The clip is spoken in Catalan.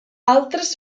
altres